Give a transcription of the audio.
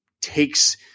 takes